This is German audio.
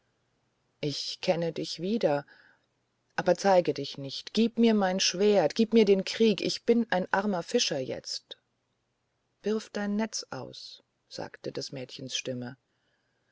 ich kenne dich wieder aber zeige dich nicht gib mir mein schwert gib mir den krieg ich bin ein armer fischer jetzt wirf dein netz aus sagte des mädchens stimme